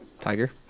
Tiger